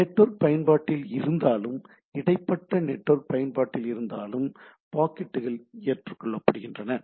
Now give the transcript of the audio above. network பயன்பாட்டில் இருந்தாலும் இடைப்பட்ட நெட்வொர்க் பயன்பாட்டில் இருந்தாலும் பாக்கெட்டுகள் ஏற்றுக்கொள்ளப்படுகின்றன